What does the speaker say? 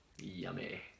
Yummy